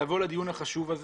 לבוא לדיון החשוב הזה.